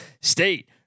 state